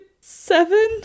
seven